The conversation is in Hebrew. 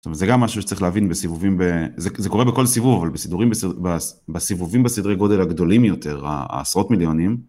זה גם משהו שצריך להבין בסיבובים זה קורה בכל סיבוב בסידורים בסיבובים בסדרי גודל הגדולים יותר העשרות מיליונים...